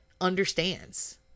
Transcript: understands